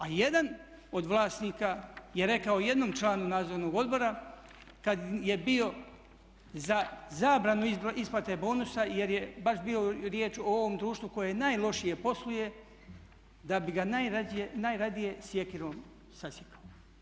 A jedan od vlasnika je rekao jednom članu nadzornog odbora kad je bio za zabranu isplate bonusa jer je baš bilo riječ o ovom društvu koje najlošije posluje da bi ga najradije sjekirom sasjekao.